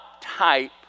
type